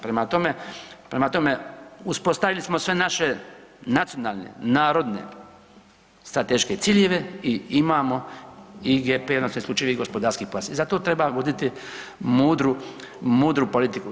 Prema tome, prema tome uspostavili smo sve naše nacionalne, narodne, strateške ciljeve i imamo IGP odnosno isključivi gospodarski pojas i zato treba voditi mudru, mudru politiku.